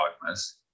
dogmas